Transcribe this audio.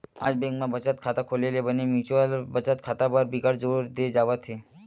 आज बेंक म बचत खाता खोले ले बने म्युचुअल बचत खाता बर बिकट जोर दे जावत हे